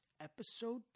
episode